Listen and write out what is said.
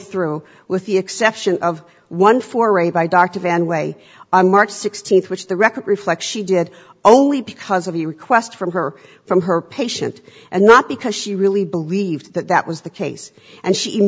through with the exception of one for a by dr van way a march sixteenth which the record reflects she did only because of the request from her from her patient and not because she really believed that that was the case and she